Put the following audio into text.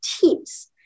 teams